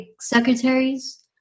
secretaries